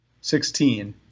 sixteen